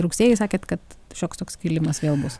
rugsėjį sakėt kad šioks toks kilimas vėl bus